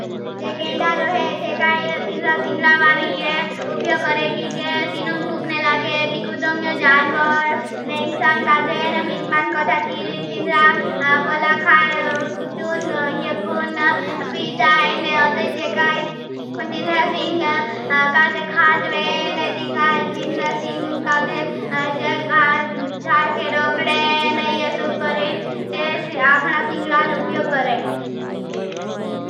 जे गंडा रोहे, चेकाई तिंदरा सिंगळा वार ए, उप्यो करे। कि जे तिन हंच लागे। तींकु दुं जानवर न इनसां काजे। न बिच्मान कोशाचीरिं, तिंद्रा पलाखाईन, कुछंन, हिय हूंन त्पीझाईन, औते चे। काई तिंद्रा सिंग काजे खाजवे। ने ती काई तिंद्रा सिंग काजे जार के रोगडे ने ये सू करें चे। आपना सिंगडान उप्योग करें।